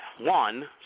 one